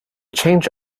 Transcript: change